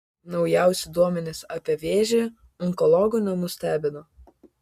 naujausi duomenys apie vėžį onkologų nenustebino